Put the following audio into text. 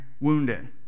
wounded